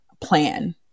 plan